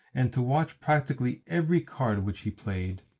and to watch practically every card which he played.